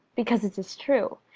because it is true!